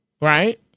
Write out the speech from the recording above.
right